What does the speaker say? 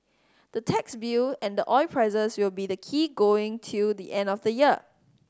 the tax bill and the oil prices will be the key going till the end of the year